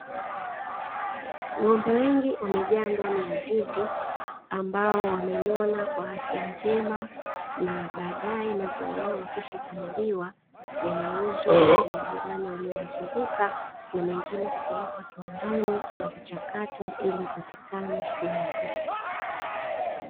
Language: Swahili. Ng’ombe wengi wamejaa ndani ya zizi ambao wamenona kwa afya njema na baadaye maziwa yao yakishakamuliwa yanauzwa kwa majirani waliowazunguka na mengine kupelekwa viwandani na kuchakatwa ili ipatikane siagi.